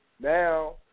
Now